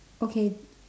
okay